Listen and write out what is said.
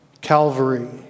Calvary